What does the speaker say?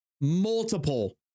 multiple